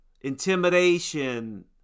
intimidation